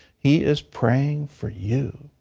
he is praying for you.